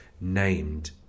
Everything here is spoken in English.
named